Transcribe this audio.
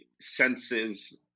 senses